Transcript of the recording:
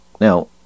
Now